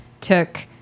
took